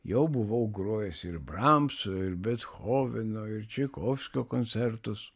jau buvau grojęs ir bramso ir bethoveno ir čaikovskio koncertus